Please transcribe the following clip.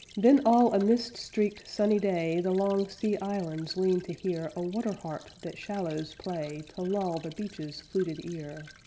then all a mist-streaked, sunny day the long sea-islands lean to hear a water harp that shallows play to lull the beaches' fluted ear.